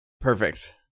Perfect